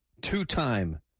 two-time